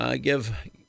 give